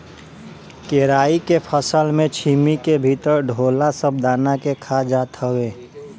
केराई के फसल में छीमी के भीतर ढोला सब दाना के खा जात हवे